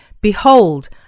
Behold